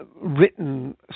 written